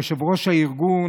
יושב-ראש הארגון,